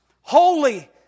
holy